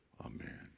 Amen